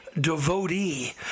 devotee